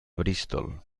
bristol